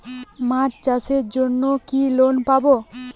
মাছ চাষের জন্য কি লোন পাব?